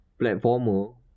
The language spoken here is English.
platformer